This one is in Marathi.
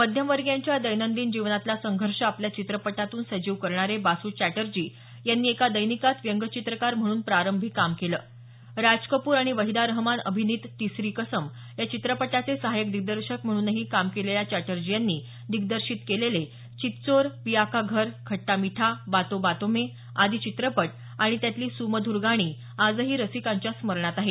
मध्यमवर्गीयांच्या दैनंदिन जीवनातला संघर्ष आपल्या चित्रपटातून सजीव करणारे बासू चॅटर्जी यांनी एका दैनिकात व्यंगचित्रकार म्हणून प्रारंभी काम केलं राजकपूर आणि वहिदा रहमान अभिनीत तीसरी कसम या चित्रपटाचे सहायक दिग्दर्शक म्हणून काम केलेल्या चॅटर्जी यांनी दिग्दर्शित केलेले चितचोर पिया का घर खट्टा मिठा बातों बातोमें आदी चित्रपट आणि त्यातली सुमधूर गाणी आजही रसिकांच्या स्मरणात आहेत